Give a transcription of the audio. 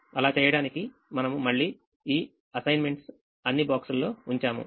అలా చేయడానికి మనము మళ్ళీ ఈ అసైన్మెంట్స్ అన్ని boxల్లో ఉంచాము